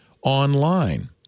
online